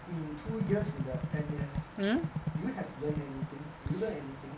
in two years in the N_S do have learned anything do you learn anything